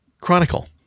Chronicle